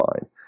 fine